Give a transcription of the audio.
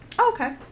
Okay